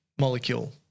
molecule